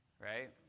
right